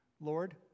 Lord